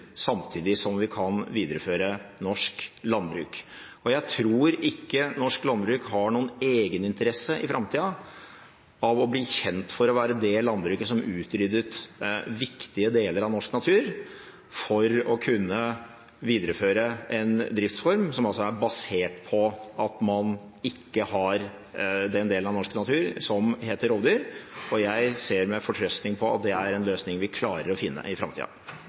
samtidig som vi kan videreføre norsk landbruk. Jeg tror ikke norsk landbruk har noen egeninteresse i framtida av å bli kjent for å være det landbruket som utryddet viktige deler av norsk natur, for å kunne videreføre en driftsform som altså er basert på at man ikke har den delen av norsk natur som heter rovdyr. Jeg ser med fortrøstning på at det er en løsning vi klarer å finne i framtida.